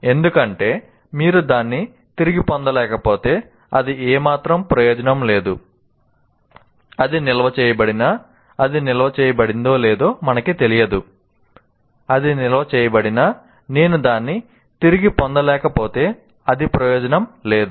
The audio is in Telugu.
ఎందుకంటే మీరు దాన్ని తిరిగి పొందలేకపోతే అది ఏ మాత్రం ప్రయోజనం లేదు అది నిల్వ చేయబడినా అది నిల్వ చేయబడిందో లేదో మనకు తెలియదు అది నిల్వ చేయబడినా నేను దాన్ని తిరిగి పొందలేకపోతే అది ప్రయోజనం లేదు